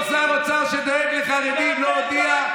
אתם דאגתם, אותו שר אוצר שדואג לחרדים, לא הודיע: